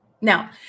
Now